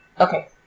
Okay